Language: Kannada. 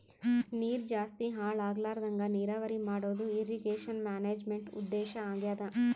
ನೀರ್ ಜಾಸ್ತಿ ಹಾಳ್ ಆಗ್ಲರದಂಗ್ ನೀರಾವರಿ ಮಾಡದು ಇರ್ರೀಗೇಷನ್ ಮ್ಯಾನೇಜ್ಮೆಂಟ್ದು ಉದ್ದೇಶ್ ಆಗ್ಯಾದ